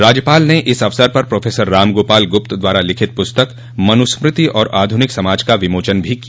राज्यपाल ने इस अवसर पर प्रोफसर रामगोपाल गुप्त द्वारा लिखित पुस्तक मनुस्मृति और आधुनिक समाज का विमोचन भी किया